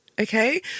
okay